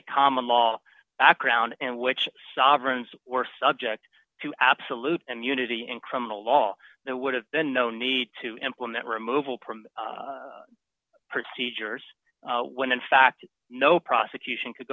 a common law background and which sovereigns were subject to absolute immunity in criminal law that would have been no need to implement removal prum procedures when in fact no prosecution could